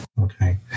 Okay